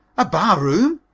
a barroom!